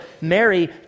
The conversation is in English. Mary